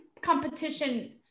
competition